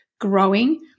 growing